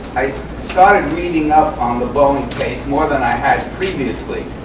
i started reading up on the boeing case more than i had previously.